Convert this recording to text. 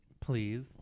Please